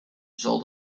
zal